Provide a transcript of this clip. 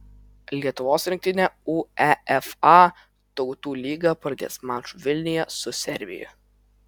lietuvos rinktinė uefa tautų lygą pradės maču vilniuje su serbija